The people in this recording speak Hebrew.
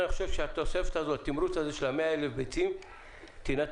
אני חושב שהתמרוץ הזה של 100,000 ביצים יינתן